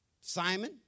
Simon